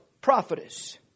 prophetess